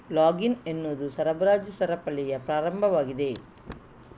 logging ಎನ್ನುವುದು ಸರಬರಾಜು ಸರಪಳಿಯ ಪ್ರಾರಂಭವಾಗಿದೆ